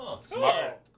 Smart